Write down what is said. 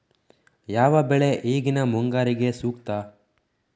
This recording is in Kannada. ಯಾವ ಬೆಳೆ ಈಗಿನ ಮುಂಗಾರಿಗೆ ಸೂಕ್ತ?